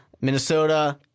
Minnesota